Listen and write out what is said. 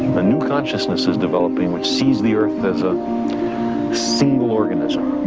a new consciousness is developing which sees the earth as a single organism,